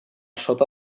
sota